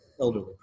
elderly